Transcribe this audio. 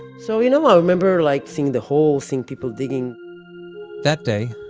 so you know, i remember like seeing the hole, seeing people digging that day,